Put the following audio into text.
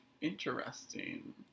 Interesting